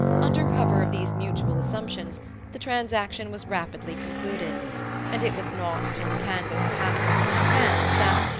under cover of these mutual assumptions the transaction was rapidly concluded and it was not till the canvas passed into my hands that,